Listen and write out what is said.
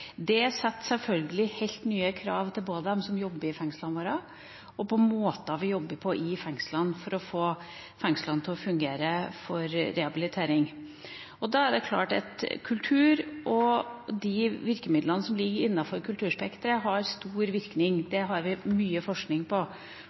Det setter selvfølgelig helt nye krav til både dem som jobber i fengslene våre og til måten man jobber på i fengslene for å få fengslene til å fungere som rehabilitering. Det er klart at kultur og de virkemidlene som ligger innenfor kulturspektret har stor virkning,